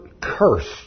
cursed